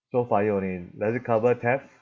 so fire only does it cover theft